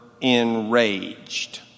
enraged